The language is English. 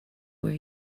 were